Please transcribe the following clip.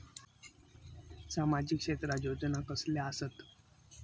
सामाजिक क्षेत्रात योजना कसले असतत?